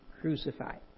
crucified